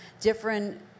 different